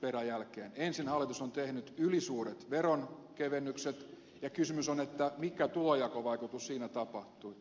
ensin hallitus on tehnyt ylisuuret veronkevennykset ja kysymys on mikä tulojakovaikutus siinä tapahtui